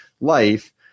life